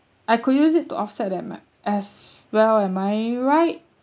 I could use it to offset that my as well am I right